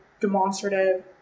demonstrative